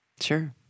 Sure